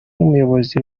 n’umuyobozi